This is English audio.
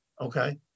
Okay